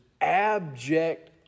abject